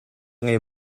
ngei